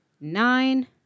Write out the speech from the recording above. nine